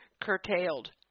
curtailed